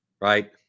right